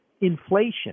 inflation